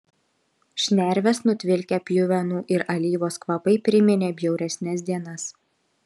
šnerves nutvilkę pjuvenų ir alyvos kvapai priminė bjauresnes dienas